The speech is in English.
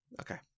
Okay